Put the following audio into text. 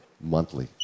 monthly